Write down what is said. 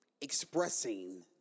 expressing